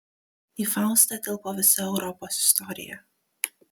į faustą tilpo visa europos istorija